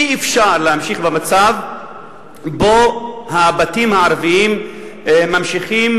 אי-אפשר להמשיך במצב שבו הבתים הערביים ממשיכים